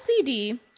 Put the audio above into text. LCD